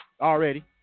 already